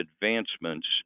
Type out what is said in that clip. advancements